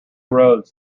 roads